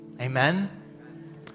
Amen